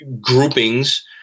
groupings